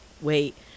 wait